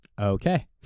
Okay